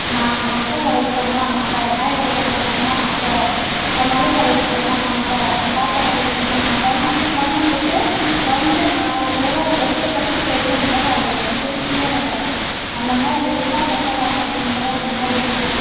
நான் உப்புக்கடைக்கு போகணுமா நான் போகிறேன் நான் காய்கறி கடைக்கு போகணுமா நான் போகிறேன் மளிகை கடைக்கு போகணுமா நான் போகிறேன் பாத்திரக்கடைக்கு போகணுமா நான் போகிறேன்னு அப்டியே பகுர்ந்துட்டு வந்த நாலு பேரும் ஒத்துப்பட்டு செய்யும்போது அதோட திருப்தியே வேறு அந்த மாதிரி இருந்தால் சொந்தக்காரங்கள் கும்பலாக இந்த மாதிரி இருக்கணும்